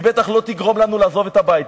היא בטח לא תגרום לנו לעזוב את הבית.